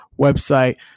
website